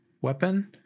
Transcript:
weapon